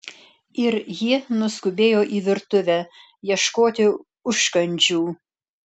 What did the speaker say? ir ji nuskubėjo į virtuvę ieškoti užkandžių